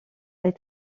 elle